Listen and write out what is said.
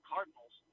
Cardinals